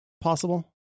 possible